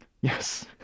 Yes